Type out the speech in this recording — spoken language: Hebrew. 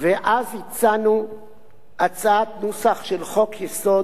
ואז הצענו הצעת נוסח של חוק-יסוד,